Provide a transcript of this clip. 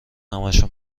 همشون